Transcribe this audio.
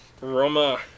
Roma